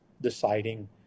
deciding